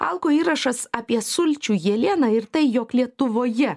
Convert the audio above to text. alko įrašas apie sulčių jeleną ir tai jog lietuvoje